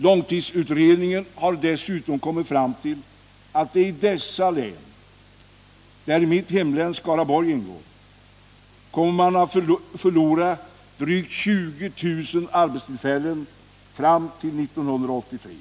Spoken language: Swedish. Långtidsutredningen har dessutom kommit fram till att man i dessa län, där mitt hemlän Skaraborg ingår, kommer att förlora drygt 20 000 arbetstillfällen fram till 1983.